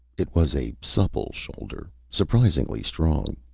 it was a supple shoulder, surprisingly strong.